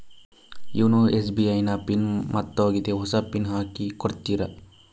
YONO SBI ನ PIN ಮರ್ತೋಗಿದೆ ಹೊಸ ಪಿನ್ ಹಾಕಿ ಕೊಡ್ತೀರಾ?